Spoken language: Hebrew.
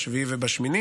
ב-7 וב-8,